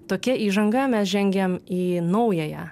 tokia įžanga mes žengiam į naująją